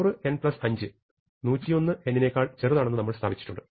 100n5 101n നേക്കാൾ ചെറുതാണെന്ന് നമ്മൾ സ്ഥാപിച്ചിട്ടുണ്ട്